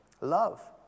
Love